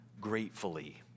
gratefully